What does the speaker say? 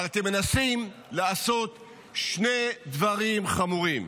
אבל אתם מנסים לעשות שני דברים חמורים: